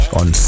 on